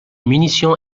munitions